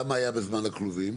כמה היה בזמן הכלובים?